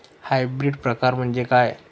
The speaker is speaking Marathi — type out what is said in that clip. हायब्रिड प्रकार म्हणजे काय?